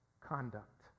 conduct